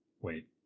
Wait